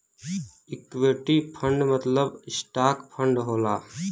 equity fund मतलब stock fund होला